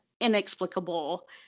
inexplicable